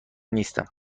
نیستم